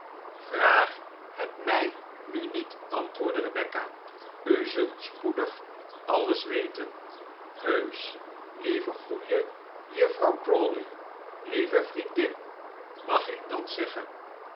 vraag het mij nu niet antwoordde rebecca u zult spoedig alles weten heusch lieve goeie juffrouw crawley lieve vriendin mag ik dat zeggen